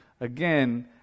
again